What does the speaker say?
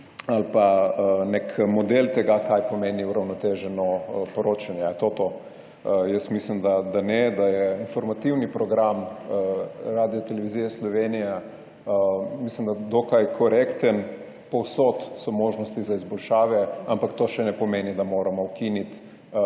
ali pa nek model tega, kaj pomeni uravnoteženo poročanje Ali je to to? Jaz mislim, da ne, da je informativni program Radiotelevizije Slovenija, mislim, da dokaj korekten, povsod so možnosti za izboljšave, ampak to še ne pomeni, da moramo ukiniti